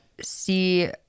see